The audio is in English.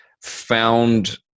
found